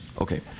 Okay